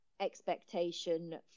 expectation